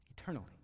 Eternally